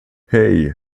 hey